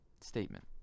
statement